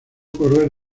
correr